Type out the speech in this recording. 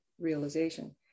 realization